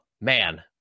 man